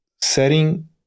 setting